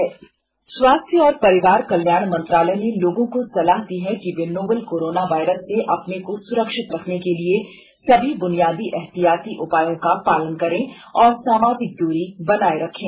परामर्ष स्वास्थ्य और परिवार कल्याण मंत्रालय ने लोगों को सलाह दी है कि वे नोवल कोरोना वायरस से अपने को सुरक्षित रखने के लिए सभी बुनियादी एहतियाती उपायों का पालन करें और सामाजिक दुरी बनाए रखें